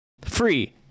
free